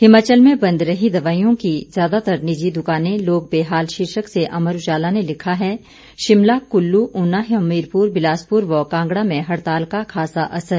हिमाचल में बंद रही दवाइयों की ज्यादातर निजी दुकानें लोग बेहाल शीर्षक से अमर उजाला ने लिखा है शिमला कुल्लू उना हमीरपुर बिलासपुर व कांगड़ा में हड़ताल का खासा असर